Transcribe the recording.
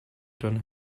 done